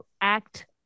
act